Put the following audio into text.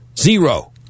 zero